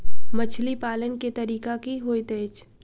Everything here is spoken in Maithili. मछली पालन केँ तरीका की होइत अछि?